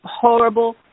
horrible